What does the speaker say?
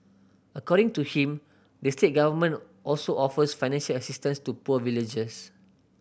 according to him the state government also offers finance assistance to poor villagers